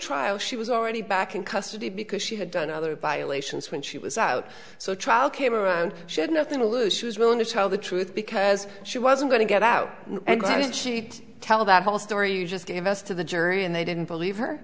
trial she was already back in custody because she had done other violations when she was out so a trial came around she had nothing to lose she was willing to tell the truth because she wasn't going to get out and she'd tell that whole story you just gave us to the jury and they didn't believe her